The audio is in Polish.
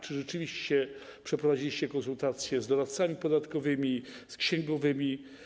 Czy rzeczywiście przeprowadziliście konsultacje z doradcami podatkowymi, z księgowymi?